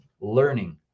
learning